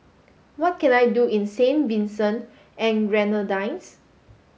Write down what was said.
what can I do in Saint Vincent and Grenadines